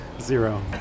zero